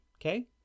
Okay